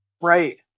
Right